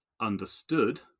understood